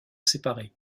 séparés